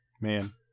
man